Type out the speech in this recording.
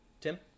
Tim